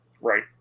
Right